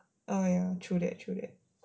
oh true that true that